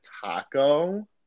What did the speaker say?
taco